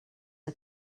are